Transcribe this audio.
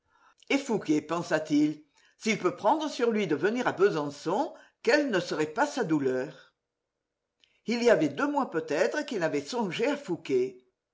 et fouqué pensa-t-il s'il peut prendre sur lui de venir à besançon quelle ne serait pas sa douleur il y avait deux mois peut-être qu'il n'avait songé à